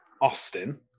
Austin